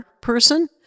person